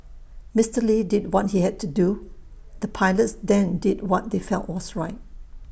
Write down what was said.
Mr lee did what he had to do the pilots then did what they felt was right